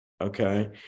Okay